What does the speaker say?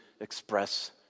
express